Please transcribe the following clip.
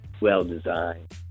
well-designed